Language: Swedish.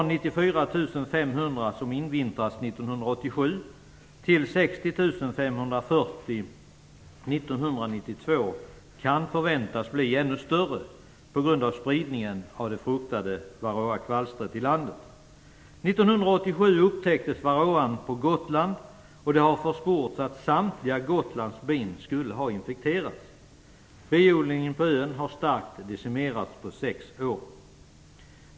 94 500 som invintrats år 1987 till 60 540 år 1992 kan förväntas bli ännu större på grund av spridningen av det fruktade varroakvalstret i landet. År 1987 upptäcktes varroa på Gotland, och det har försports att samtliga Gotlands bin skulle ha infekterats. Biodlingen på ön har starkt decimerats på sex år.